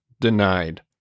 Denied